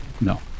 no